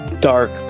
dark